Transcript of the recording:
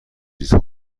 زیست